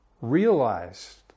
realized